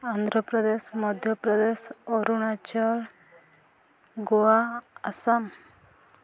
Andhra Pradesh Madhya Pradesh Arunachal Goa Assam